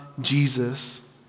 Jesus